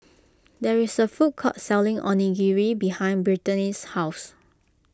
there is a food court selling Onigiri behind Brittanie's house